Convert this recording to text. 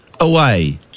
away